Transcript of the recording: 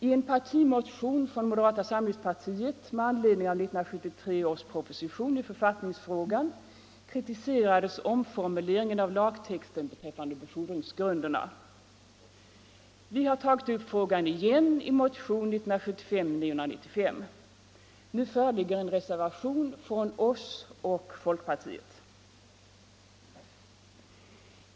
I en partimotion från moderata samlingspartiet med anledning av 1973 års proposition i författningsfrågan kritiserades omformuleringen av lagtexten beträffande befordringsgrunderna. Vi har tagit upp frågan igen i motionen 1975:995, och nu föreligger en reservation från oss och folkpartiet.